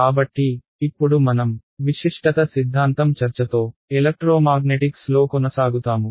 కాబట్టి ఇప్పుడు మనం విశిష్టత సిద్ధాంతం చర్చతో ఎలక్ట్రోమాగ్నెటిక్స్ లో కొనసాగుతాము